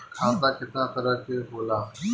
खाता केतना तरह के होला?